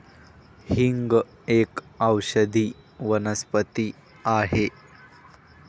हिंग एक औषधी वनस्पती आहे